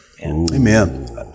Amen